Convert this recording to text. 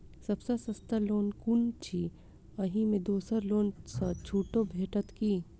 सब सँ सस्ता लोन कुन अछि अहि मे दोसर लोन सँ छुटो भेटत की?